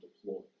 deploy